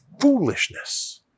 foolishness